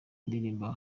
ndirimbo